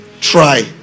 try